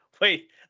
wait